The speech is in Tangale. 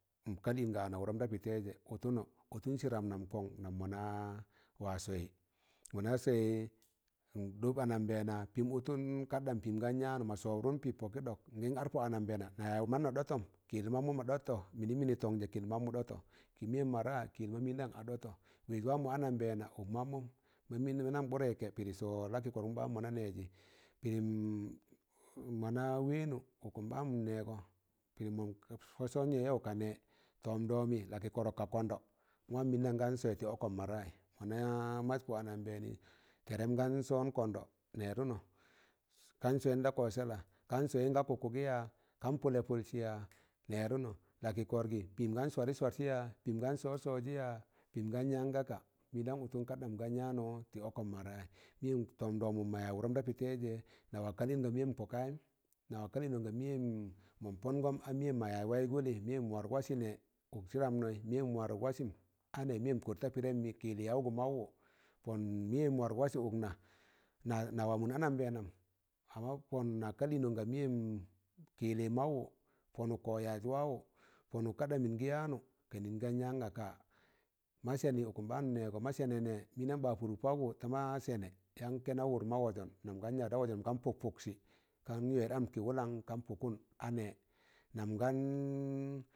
ịn kal ịn ga ana wụrọm da pị taịzẹ ụtụnọ ụtụn sịdam nam kọn nam mọawa sọọị, mọ na sọọị n ɗọb ananbẹẹna pịm ọtụm kaɗam pịm gan yaanụ ma sọọidụm pịp po kị ɗọk ịngịm ar pọ ananbẹẹna na ya mano ɗọtụm kị yịl mammụ ma ɗọtọ mịnịm mịnị mọ tọngjẹ kịl mammụ ɗọtọ, kịyịl mịyẹm mo ̣ra kịl yịl ma mịn dana dọtọ wẹẹz wamọ ananbẹẹna ụk mammụm ma mịndan bụrẹkẹ pịrị soọị lakị kọrọgụm ɓaan mọ nanẹẹjị pịrịm mọ na wẹẹ nụ ụkụm baan n nẹẹgọ pịrịm mọn pọ sọọn yayaụ ka nẹ tọmɗọmị lakị kọrọk ka kọndọ, a waam mịndan gan sọọyị tị ọkọm mọ raị mọ na maz pọ ananbẹẹna tẹrem gan sọọn kọndọ nẹ rụnnọ kan sọọyị da kọ sẹla? kam sọọyị ga kụkụgị ya? kan pụllẹ pụlsị ya nẹdụna lakịkọrọgị pịm gam swadị swasị ya? pịm gan sọọi sọọjị ya? pịm gan yaan ngaka mụndan ụtụn kandam gan yaanụ tị ọkọm mọ raị mụyẹm tọm ɗọmụn mo yaaz wụrọn da pị taịze na wa kal ịno ga mịyẹm pọkayịm nawa kal ịnga mịyẹm mọn pọn gọm a mịyẹm mọ yaaz wai gụllị mẹm warụk wasị nẹ ụk sịdam nọ mịyẹm warụk wasịm a nẹ miyẹm pod ta pịdayịm yịk kị yịllị yaụgụ maụwụ pọn mịyeṇ warụk wasị ụk na nawa mọnd ananbẹẹnam amma pọn na kali ịnọn mịyẹm kị yịllị maụwụ pọnọk kọ yaazị wawụ pọnọk kaɗam muu gị yaanụ kan yị gị yaan ngaka ma sẹnị ụkụm baan nnẹẹgọ ma sẹnẹ nẹ mịn dam ba pọrọk pakwụ ta ma sẹnẹ yaan kẹnau wụr ma wọzọn namgan yada wazọn gan pụk pọksị kan yọy am kị wụlan kan pụkụm a nẹ, nam gan